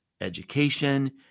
education